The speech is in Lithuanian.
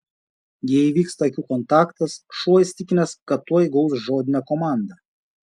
jei įvyksta akių kontaktas šuo įsitikinęs kad tuoj gaus žodinę komandą